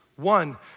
One